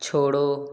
छोड़ो